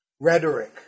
rhetoric